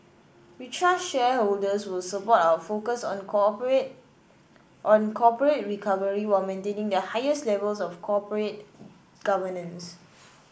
we trust shareholders will support our focus on corporate on corporate recovery while maintaining the highest levels of corporate governance